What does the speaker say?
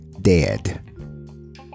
dead